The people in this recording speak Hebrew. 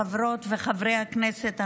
חברות וחברי הכנסת הנכבדים,